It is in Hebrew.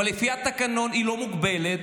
אבל לפי התקנון היא לא מוגבלת,